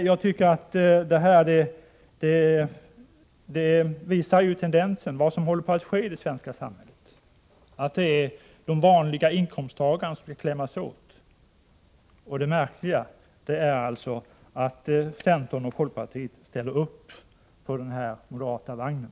Jag tycker att denna debatt visar tendensen i vad som håller på att ske i det svenska samhället. Det är de vanliga inkomsttagarna som skall klämmas åt, och det märkliga är att centern och folkpartiet hoppar upp på den moderata vagnen.